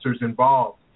involved